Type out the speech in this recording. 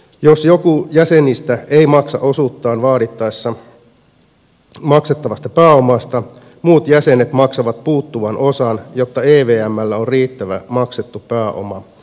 jos joku jäsenistä ei maksa osuuttaan vaadittaessa maksettavasta pääomasta muut jäsenet maksavat puuttuvan osan jotta evmllä on riittävä maksettu pääoma